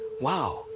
wow